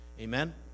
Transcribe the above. Amen